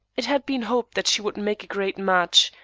it had been hoped that she would make a great match,